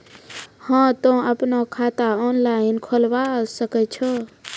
हाँ तोय आपनो खाता ऑनलाइन खोलावे सकै छौ?